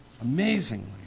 amazingly